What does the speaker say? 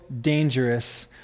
dangerous